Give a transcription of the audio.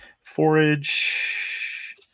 forage